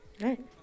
Right